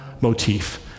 motif